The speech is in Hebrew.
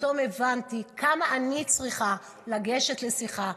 פתאום הבנתי כמה אני צריכה לגשת לשיחה,